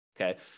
okay